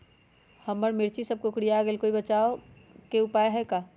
हमर मिर्ची सब कोकररिया गेल कोई बचाव के उपाय है का?